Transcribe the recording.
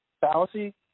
fallacy